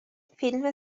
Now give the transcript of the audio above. فیلم